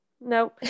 no